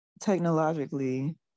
technologically